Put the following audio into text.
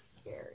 scary